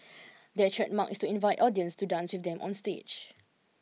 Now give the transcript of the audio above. their trademark is to invite audience to dance with them onstage